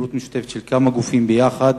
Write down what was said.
פעילות משותפת של כמה גופים ביחד,